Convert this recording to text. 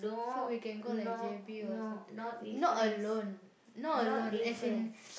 so we can go like J_B or something not alone not alone as in